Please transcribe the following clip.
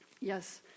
Yes